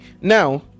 now